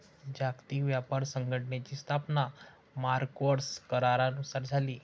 जागतिक व्यापार संघटनेची स्थापना मार्क्वेस करारानुसार झाली